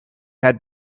had